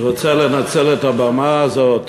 אני רוצה לנצל את הבמה הזאת